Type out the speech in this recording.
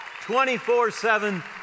24-7